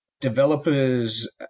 developers